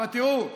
אבל תראו,